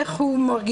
איך הוא מרגיש,